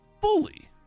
fully